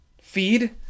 feed